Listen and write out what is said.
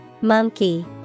Monkey